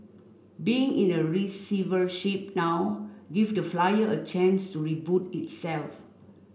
being in the receivership now give the flyer a chance to reboot itself